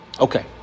Okay